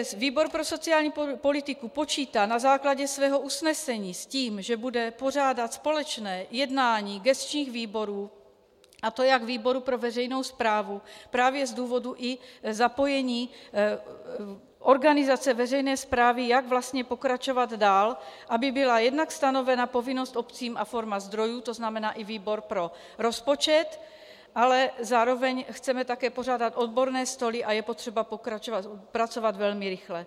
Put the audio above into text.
Výbor pro sociální politiku počítá na základě svého usnesení s tím, že bude pořádat společné jednání gesčních výborů, a to jak výboru pro veřejnou správu právě z důvodu i zapojení organizace veřejné správy, jak vlastně pokračovat dál, aby byla jednak stanovena povinnost obcím a forma zdrojů, tzn. i výbor pro rozpočet, ale zároveň chceme také pořádat odborné stoly a je potřeba pracovat velmi rychle.